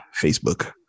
Facebook